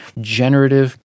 generative